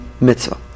mitzvah